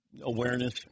awareness